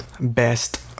best